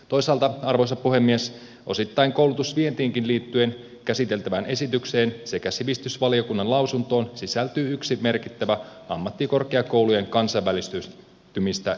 toisaalta arvoisa puhemies osittain koulutusvientiinkin liittyen käsiteltävään esitykseen sekä sivistysvaliokunnan lausuntoon sisältyy yksi merkittävä ammattikorkeakoulujen kansainvälistymistä estävä tekijä